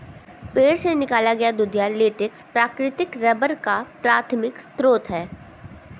पेड़ से निकाला गया दूधिया लेटेक्स प्राकृतिक रबर का प्राथमिक स्रोत है